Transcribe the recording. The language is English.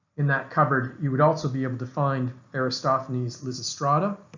in that cupboard you would also be able to find aristophanes lysistrata,